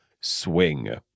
swing